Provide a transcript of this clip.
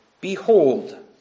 behold